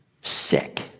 sick